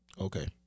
Okay